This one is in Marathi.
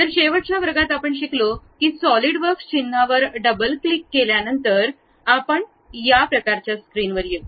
तर शेवटच्या वर्गात आपण शिकलो की सॉलीडवर्क्स चिन्हावर डबल क्लिक केल्यानंतर आपण या प्रकारच्या स्क्रीनवर येऊ